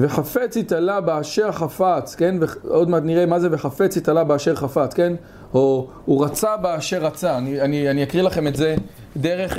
וחפץ התעלה באשר חפץ, כן, עוד מעט נראה מה זה וחפץ התעלה באשר חפץ, כן? או הוא רצה באשר רצה, אני אני אקריא לכם את זה דרך,